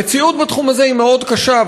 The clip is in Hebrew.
המציאות בתחום הזה היא מאוד קשה,